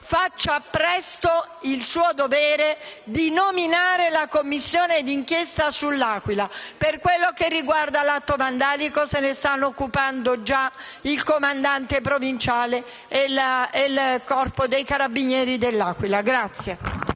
faccia presto il suo dovere, nominando la Commissione d'inchiesta sull'Aquila. Per quello che riguarda l'atto vandalico, se ne stanno già occupando il comandante provinciale e i Carabinieri dell'Aquila.